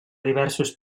diversos